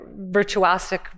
virtuosic